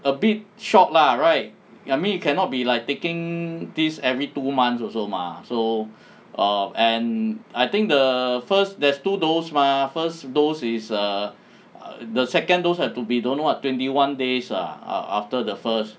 a bit short lah right I mean you cannot be like taking this every two months also mah so err and I think the first there's two dose mah first dose is err the second dose have to be don't what twenty one days ah after the first